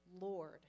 Lord